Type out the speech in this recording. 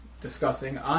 discussing